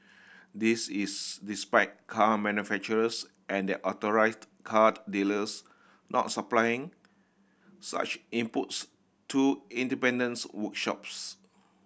this is despite car manufacturers and their authorised car dealers not supplying such inputs to independence workshops